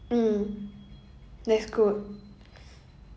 mm that's good